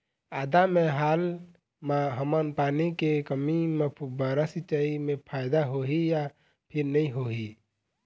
आदा मे हाल मा हमन पानी के कमी म फुब्बारा सिचाई मे फायदा होही या फिर नई होही?